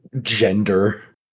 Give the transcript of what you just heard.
gender